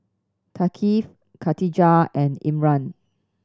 Thaqif Katijah and Imran